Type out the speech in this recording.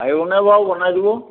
পাৰিবনে বাৰু বনাই দিব